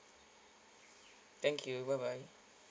thank you bye bye